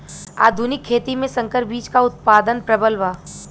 आधुनिक खेती में संकर बीज क उतपादन प्रबल बा